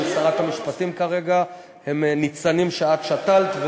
שרת המשפטים כרגע הם ניצנים שאת שתלת,